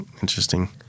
interesting